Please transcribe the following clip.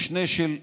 המשנה של מנדלבליט,